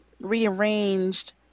rearranged